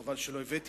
חבל שלא הבאתי,